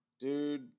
Dude